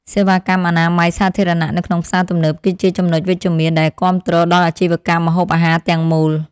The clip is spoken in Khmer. សេវាកម្មអនាម័យសាធារណៈនៅក្នុងផ្សារទំនើប គឺជាចំណុចវិជ្ជមានដែលគាំទ្រដល់អាជីវកម្មម្ហូបអាហារទាំងមូល។